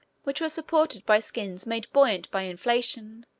which were supported by skins made buoyant by inflation,